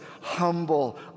humble